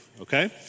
okay